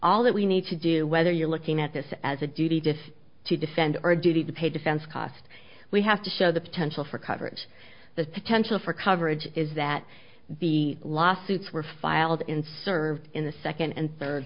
all that we need to do whether you're looking at this as a duty just to defend our duty to pay defense costs we have to show the potential for coverage the tension for coverage is that the lawsuits were filed in served in the second and third